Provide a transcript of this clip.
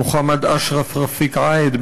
מוחמד אשרף רפיק עאיד,